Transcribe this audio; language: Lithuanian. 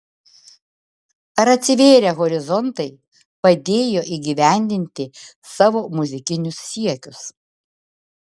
ar atsivėrę horizontai padėjo įgyvendinti savo muzikinius siekius